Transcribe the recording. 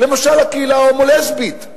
למשל הקהילה ההומו-לסבית.